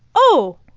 oh,